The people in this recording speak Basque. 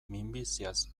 minbiziaz